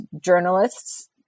journalists